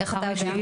איך אתה יודע?